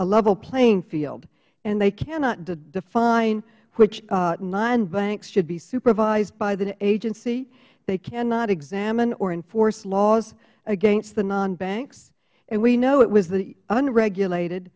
vel playing field and they cannot define which nonbanks should be supervised by the agency they cannot examine or enforce laws against the nonbanks and we know it was the unregulated